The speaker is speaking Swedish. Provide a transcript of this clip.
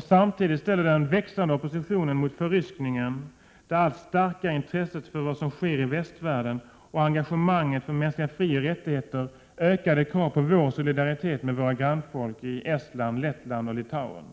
Samtidigt ställer den växande oppositionen mot förryskningen, det allt starkare intresset för vad som sker i västvärlden och engagemanget för mänskliga frioch rättigheter ökade krav på vår solidaritet med våra grannfolk i Estland, Lettland och Litauen.